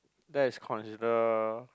that is consider